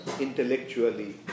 intellectually